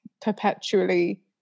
perpetually